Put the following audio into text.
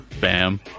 BAM